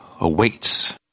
awaits